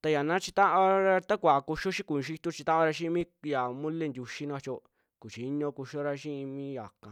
ta xaa na chii taaora ta kuvaa kuxioo xi'i kuñu xituu chitaaora xi'i mi ya mole ntiuxii na kachio kuchiñuo kuxioora xi'i mi yaaka.